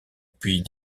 puis